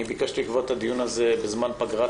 ביקשתי לקבוע את הדיון הזה בזמן פגרת